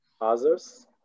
others